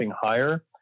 higher